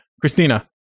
Christina